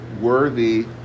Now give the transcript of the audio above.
worthy